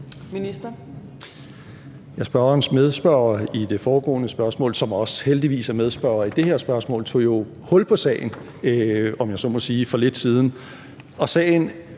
Spørgerens medspørger i det foregående spørgsmål, som heldigvis også er medspørger i det her spørgsmål, tog jo, om jeg så må sige, hul på sagen